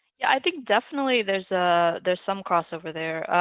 yeah, i think definitely there's a there's some cross over there.